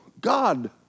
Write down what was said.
God